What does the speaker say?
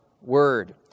word